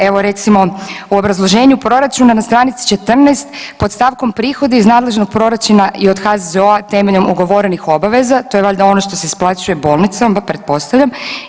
Evo recimo u obrazloženju proračuna na stranici 14 pod stavkom prihodi iz nadležnog proračuna i od HZZO-a temeljem ugovorenih obaveza-to je valjda ono što se isplaćuje bolnicama, pretpostavljam.